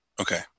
Okay